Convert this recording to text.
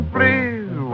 Please